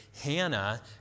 Hannah